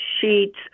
sheets